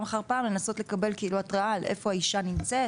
אחר פעם לנסות כאילו התראה על איפה האישה נמצאת.